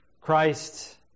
Christ